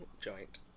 joint